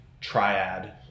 triad